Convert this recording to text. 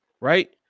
right